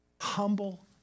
humble